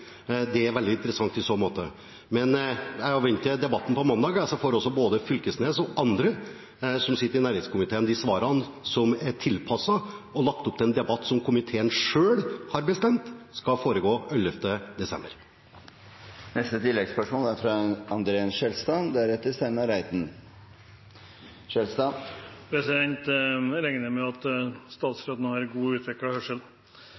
Det er veldig interessant i så måte. Jeg avventer debatten på mandag, så får både Knag Fylkesnes og andre som sitter i næringskomiteen, de svarene som er tilpasset, og da er det lagt opp til en debatt som komiteen selv har bestemt skal foregå den 11. desember. André N. Skjelstad – til oppfølgingsspørsmål. Jeg regner med at statsråden har godt utviklet hørsel.